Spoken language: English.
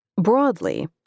Broadly